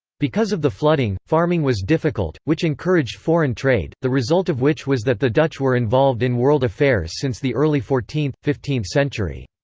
because of the flooding, farming was difficult, which encouraged foreign trade, the result of which was that the dutch were involved in world affairs since the early fourteenth fifteenth century.